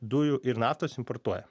dujų ir naftos importuoja